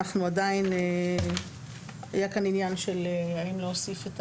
היה כאן עניין של האם להוסיף את